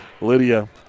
Lydia